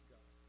God